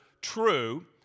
true